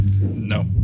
No